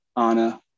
Anna